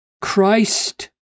Christ